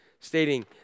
Stating